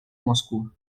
moscou